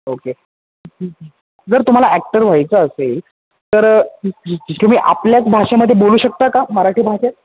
okay जर तुम्हाला actor व्हायचं असेल तर तुम्ही आपल्याच भाषेमध्ये बोलू शकता का मराठी भाषेत